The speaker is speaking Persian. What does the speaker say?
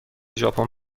ژاپن